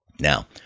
Now